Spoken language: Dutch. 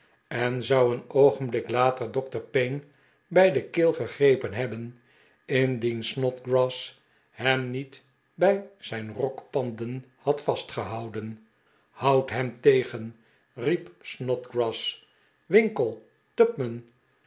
en zou een oogenblik later dokter payne bij de keel gegrepen hebben indien snodgrass hem niet bij zijn rokpanden had vastgehouden houdt hem tegen riep snodgrass winkle